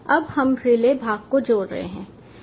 अब हम रिले भाग को जोड़ रहे हैं